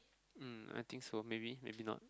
mm I think so maybe maybe not